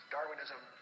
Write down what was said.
Darwinism